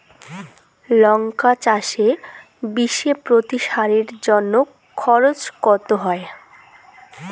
লঙ্কা চাষে বিষে প্রতি সারের জন্য খরচ কত হয়?